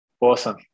Awesome